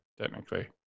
technically